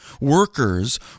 Workers